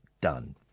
Done